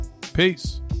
peace